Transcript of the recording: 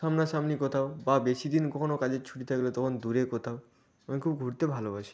সামনা সামনি কোথাও বা বেশি দিন কখনো কাজের ছুটি থাকলে তখন দূরে কোথাও আমি খুব ঘুরতে ভালোবাসি